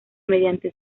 mediante